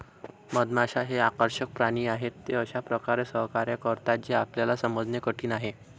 मधमाश्या हे आकर्षक प्राणी आहेत, ते अशा प्रकारे सहकार्य करतात जे आपल्याला समजणे कठीण आहे